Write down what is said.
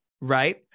right